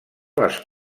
les